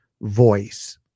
voice